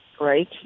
right